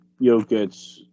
Jokic